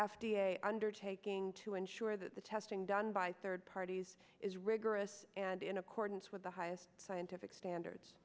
a undertaking to ensure that the testing done by third parties is rigorous and in accordance with the highest scientific standards